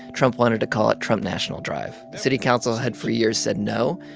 trump wanted to call it trump national drive. the city council had, for years, said no.